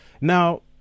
Now